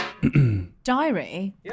Diary